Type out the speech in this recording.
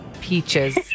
peaches